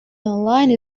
online